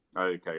Okay